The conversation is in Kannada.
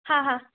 ಹಾಂ ಹಾಂ